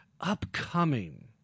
upcoming